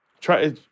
Try